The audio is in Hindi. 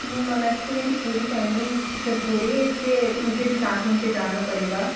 नो मैम एक्चुअली मेरी पूरी फैमिली शिफ्ट हो रही है इस लिए मुझे भी साथ में उनके जाना पड़ेगा